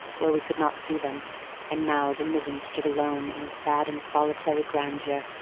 where we could not see them and now the mizzen stood alone in sad and solitary grandeur,